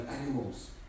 animals